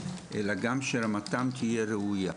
אלא גם שרמתם תהיה ראויה.